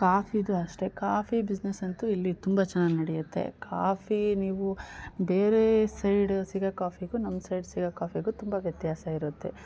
ಕಾಫಿಯದು ಅಷ್ಟೇ coffee business ಅಂತು ಇಲ್ಲಿ ತುಂಬ ಚೆನ್ನಾಗಿ ನಡಿಯುತ್ತೆ ಕಾಫಿ ನೀವು ಬೇರೆ ಸೈಡ್ ಸಿಗೋ ಕಾಫಿಗೂ ನಮ್ಮ ಸೈಡ್ ಸಿಗೋ ಕಾಫಿಗೂ ತುಂಬ ವ್ಯತ್ಯಾಸ ಇರುತ್ತೆ